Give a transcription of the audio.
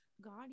god